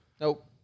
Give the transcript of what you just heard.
Nope